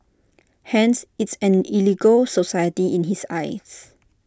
hence it's an illegal society in his eyes